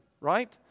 right